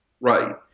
Right